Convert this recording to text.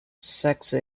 saxe